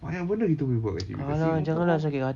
banyak benda kita boleh buat kat J_B kat singapore